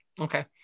Okay